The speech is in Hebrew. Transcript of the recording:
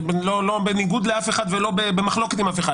לא בניגוד לאף אחד ולא במחלוקת עם אף אחד,